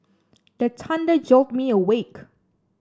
the thunder jolt me awake